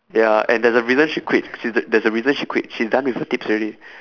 ya and there's a reason she quit she th~ there's a reason she quit she's done with her tips already